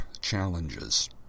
challenges